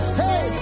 hey